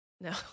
No